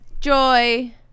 joy